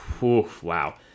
Wow